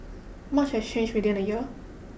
much has changed within a year